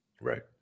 Right